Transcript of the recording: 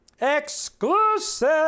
Exclusive